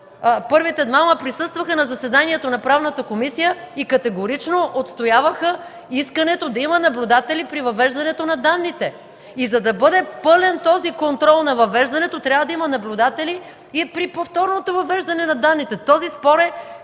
Първите двама присъстваха на заседанието на Правната комисия и категорично отстояваха искането да има наблюдатели при въвеждането на данните. За да бъде пълен този контрол на въвеждането, трябва да има наблюдатели и при повторното въвеждане на данните. Този спор е